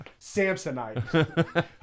Samsonite